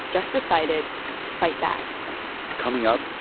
just decided to fight back coming up,